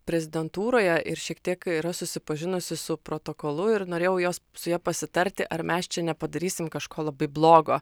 prezidentūroje ir šiek tiek yra susipažinusi su protokolu ir norėjau jos su ja pasitarti ar mes čia nepadarysim kažko labai blogo